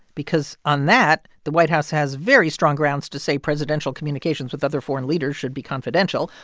because on that, the white house has very strong grounds to say presidential communications with other foreign leaders should be confidential.